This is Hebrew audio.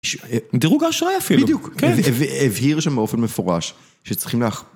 דירוג האשראי אפילו, בדיוק, כן. והבהיר שם באופן מפורש, שצריכים ל...